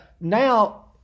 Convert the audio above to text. Now